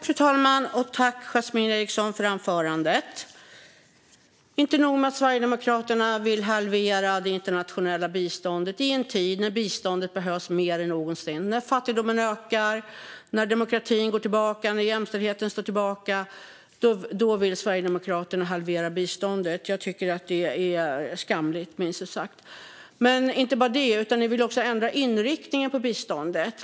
Fru talman! Tack, Yasmine Eriksson, för anförandet! Sverigedemokraterna vill halvera det internationella biståndet i en tid när biståndet behövs mer än någonsin - när fattigdomen ökar, demokratin går tillbaka och jämställdheten får stå tillbaka vill Sverigedemokraterna halvera biståndet. Jag tycker att det är skamligt, minst sagt! Men inte nog med det, utan ni vill också ändra inriktningen på biståndet.